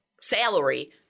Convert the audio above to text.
salary